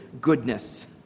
goodness